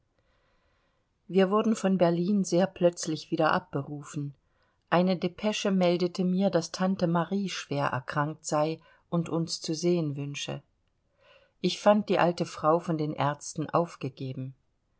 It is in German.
wir wurden von berlin sehr plötzlich wieder abberufen eine depesche meldete mir daß tante marie schwer erkrankt sei und uns zu sehen wünsche ich fand die alte frau von den arzten aufgegeben